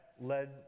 led